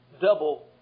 double